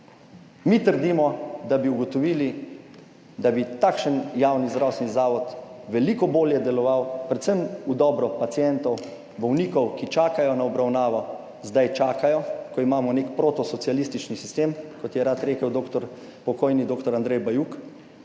Mi trdimo, da bi ugotovili, da bi takšen javni zdravstveni zavod veliko bolje deloval, predvsem v dobro pacientov bolnikov, ki čakajo na obravnavo zdaj čakajo ko imamo nek protosocialistični sistem, kot je rad rekel pokojni dr. Andrej Bajuk.